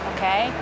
Okay